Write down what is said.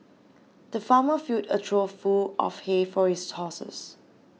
the farmer filled a trough full of hay for his horses